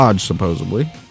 supposedly